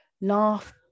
laugh